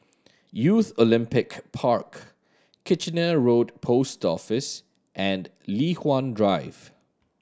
Youth Olympic Park Kitchener Road Post Office and Li Hwan Drive